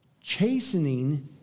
Chastening